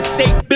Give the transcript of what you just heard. State